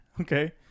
okay